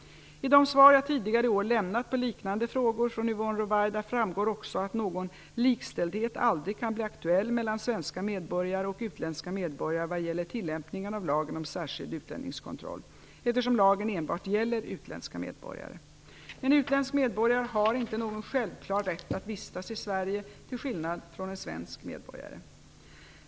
I de svar jag tidigare i år lämnat på liknande frågor från Yvonne Ruwaida framgår också att någon likställdhet aldrig kan bli aktuell mellan svenska medborgare och utländska medborgare vad gäller tilllämpningen av lagen om särskild utlänningskontroll eftersom lagen enbart gäller utländska medborgare. En utländsk medborgare har inte någon självklar rätt att vistas i Sverige, till skillnad från en svensk medborgare.